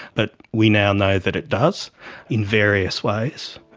but we now know that it does in various ways.